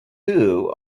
who